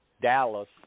Dallas